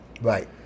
Right